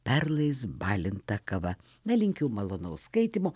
perlais balinta kava na linkiu malonaus skaitymo